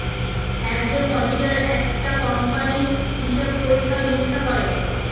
একজন অডিটার একটা কোম্পানির হিসাব পরীক্ষা নিরীক্ষা করে